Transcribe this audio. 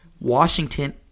Washington